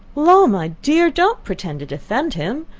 law, my dear! don't pretend to defend him.